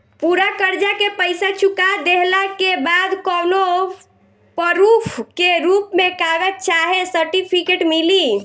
पूरा कर्जा के पईसा चुका देहला के बाद कौनो प्रूफ के रूप में कागज चाहे सर्टिफिकेट मिली?